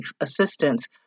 assistance